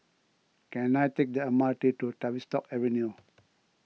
can I take the M R T to Tavistock Avenue